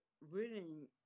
reading